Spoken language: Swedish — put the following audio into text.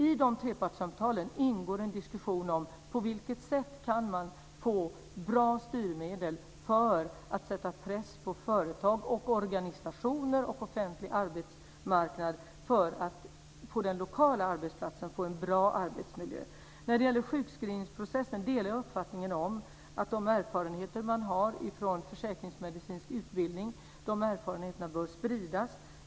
I dessa trepartssamtal ingår en diskussion om på vilket sätt man kan få fram bra styrmedel för att sätta press på företag, organisationer och offentlig arbetsmarknad, så att det skapas en bra arbetsmiljö på den lokala arbetsplatsen. När det gäller sjukskrivningsprocessen delar jag uppfattningen att de erfarenheter man har från försäkringsmedicinsk utbildning bör spridas.